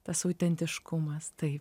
tas autentiškumas taip